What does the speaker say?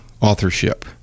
authorship